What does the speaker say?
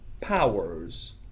powers